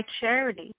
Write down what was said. charity